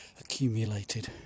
accumulated